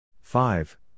Five